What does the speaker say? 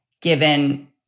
given